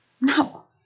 No